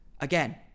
Again